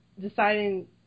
deciding